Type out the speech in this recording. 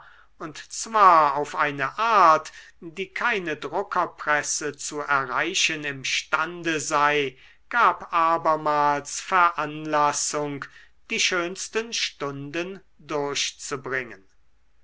und zwar auf eine art die keine druckerpresse zu erreichen imstande sei gab abermals veranlassung die schönsten stunden durchzubringen